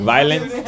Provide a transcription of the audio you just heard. Violence